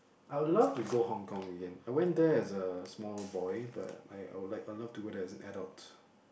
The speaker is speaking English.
I would love to go Hong Kong Again I went there as a small boy but I I would like I would love to go there as an adult